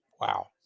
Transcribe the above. wow